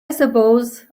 suppose